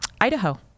Idaho